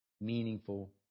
meaningful